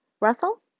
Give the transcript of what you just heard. Russell